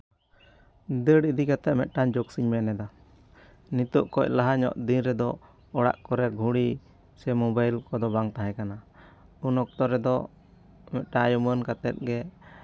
ᱫᱟᱹᱲ ᱤᱫᱤ ᱠᱟᱛᱮᱫ ᱢᱤᱫᱴᱟᱱ ᱡᱳᱠᱥ ᱤᱧ ᱢᱮᱱ ᱮᱫᱟ ᱱᱤᱛᱚᱜ ᱠᱷᱚᱱ ᱞᱟᱦᱟ ᱧᱚᱜ ᱫᱤᱱ ᱨᱮᱫᱚ ᱚᱲᱟᱜ ᱠᱚᱨᱮᱜ ᱜᱷᱩᱲᱤ ᱥᱮ ᱢᱳᱵᱟᱭᱤᱞ ᱠᱚᱫᱚ ᱵᱟᱝ ᱛᱟᱦᱮᱸ ᱠᱟᱱᱟ ᱩᱱ ᱚᱠᱛᱚ ᱨᱮᱫᱚ ᱢᱤᱫᱴᱟᱱ ᱟᱭ ᱩᱢᱟᱹᱱ ᱠᱟᱛᱮᱫ ᱜᱮ